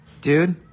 dude